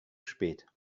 spät